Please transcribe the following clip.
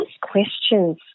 questions